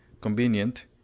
convenient